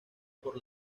para